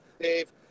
dave